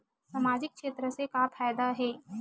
सामजिक क्षेत्र से का फ़ायदा हे?